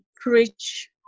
preach